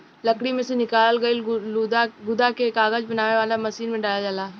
लकड़ी में से निकालल गईल गुदा के कागज बनावे वाला मशीन में डालल जाला